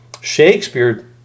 Shakespeare